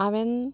हांवेन